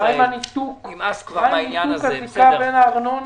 מה עם ניתוק הזיקה בין הארנונה